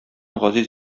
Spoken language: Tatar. газиз